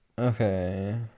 Okay